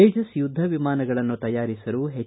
ತೇಜಸ್ ಯುದ್ದ ವಿಮಾನಗಳನ್ನು ತಯಾರಿಸಲು ಹೆಚ್